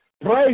Praise